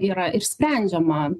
yra ir sprendžiama